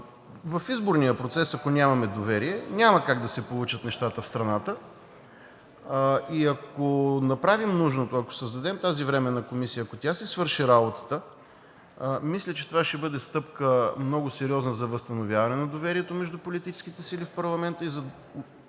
В изборния процес, ако нямаме доверие, няма как да се получат нещата в страната. И ако направим нужното, ако създадем тази временна комисия, ако тя си свърши работата, мисля, че това ще бъде много сериозна стъпка за възстановяване на доверието между политическите сили в парламента и за